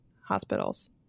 hospitals